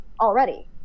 already